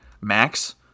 Max